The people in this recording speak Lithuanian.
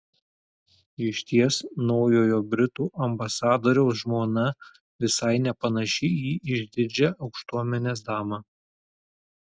išties naujojo britų ambasadoriaus žmona visai nepanaši į išdidžią aukštuomenės damą